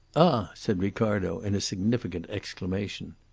ah! said ricardo, in a significant exclamation.